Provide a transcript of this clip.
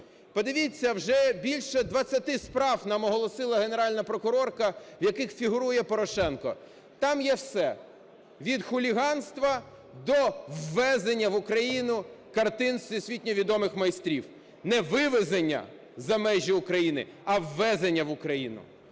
Подивіться, вже більше 20 справ нам оголосила Генеральна прокурорка, у яких фігурує Порошенко. Там є все – від хуліганства до ввезення в Україну картин всесвітньо відомих майстрів. Не вивезення за межі України, а ввезення в Україну.